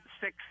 six